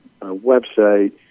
website